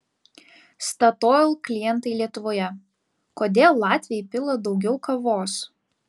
statoil klientai lietuvoje kodėl latviai pila daugiau kavos